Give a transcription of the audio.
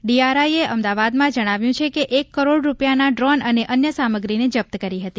ડીઆરઆઈએ અમદાવાદમાં જણાવ્યું છે કે એક કરોડ રૂપિયાના ડ્રોન અને અન્ય સામગ્રીને જપ્ત કરી હતી